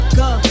go